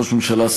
ראש הממשלה,